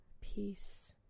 Peace